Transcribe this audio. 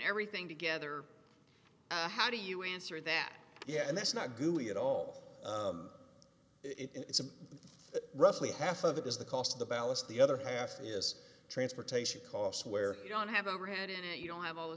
everything together how do you answer that yes and that's not good at all it's roughly half of it is the cost of the ballast the other half is transportation costs where you don't have ever had any you don't have all the